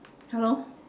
hello